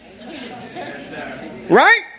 Right